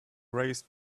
raised